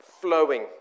flowing